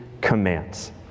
commands